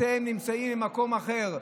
אתם נמצאים במקום אחר.